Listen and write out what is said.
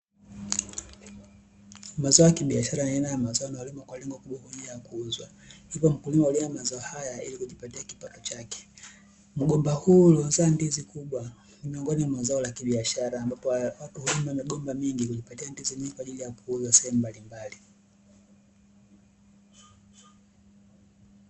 Mazao ya kiashara aina ya mazao yanayolimwa kwa lengo la kuuzwa, hivyo wakulima hulima mazao haya ili ya kujipatia kipato chake. Mgomba huu uliozaa ndizi kubwa ni miongoni mwa mazao ya kibiashara, ambapo watu hulima migomba mingi kujipata ndizi nyingi kwa ajili ya kuuzwa sehemu mbalimbali.